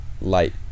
light